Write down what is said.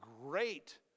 great